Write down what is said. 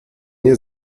nie